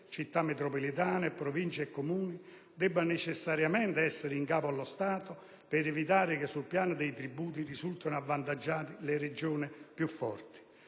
Città metropolitane, Province e Comuni deve necessariamente essere in capo allo Stato per evitare che sul piano dei tributi risultino avvantaggiate le Regioni più forti.